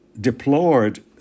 deplored